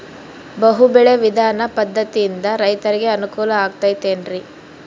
ಬಹು ಬೆಳೆ ವಿಧಾನ ಪದ್ಧತಿಯಿಂದ ರೈತರಿಗೆ ಅನುಕೂಲ ಆಗತೈತೇನ್ರಿ?